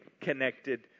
connected